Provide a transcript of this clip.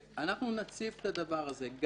ואנחנו נציף את הדבר הזה,